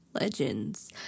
Legends